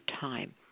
time